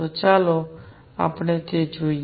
તો ચાલો આપણે તે જોઈએ